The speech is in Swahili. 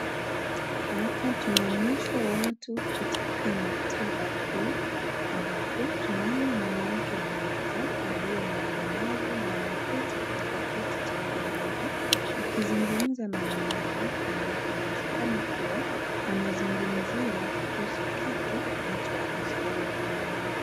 Hapa tunaonyeshwa watu katika maktaba kuu, ambapo tunaona mwanamke mmoja aliye na ulemavu, na ameketi katika kiti cha walemavu, akizungumza na mwanae, ambapo yawezekana kua wamezungumzia kuhusu kitu kinachowahusu wao wenyewe.